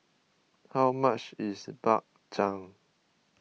how much is Bak Chang